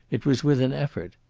it was with an effort.